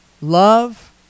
love